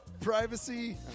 privacy